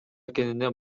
экенине